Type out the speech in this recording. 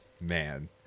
man